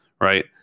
right